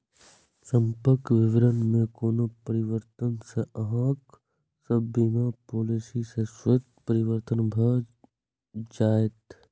संपर्क विवरण मे कोनो परिवर्तन सं अहांक सभ बीमा पॉलिसी मे स्वतः परिवर्तन भए जाएत